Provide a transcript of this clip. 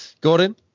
Gordon